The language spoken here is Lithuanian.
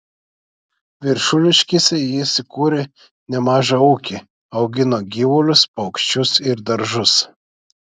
viršuliškėse jis įkūrė nemažą ūkį augino gyvulius paukščius ir daržus